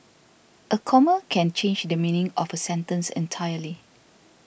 a comma can change the meaning of a sentence entirely